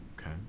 Okay